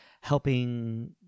helping